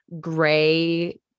gray